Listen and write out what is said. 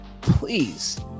please